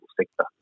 sector